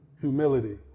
humility